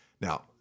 Now